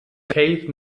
keith